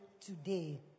today